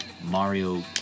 Mario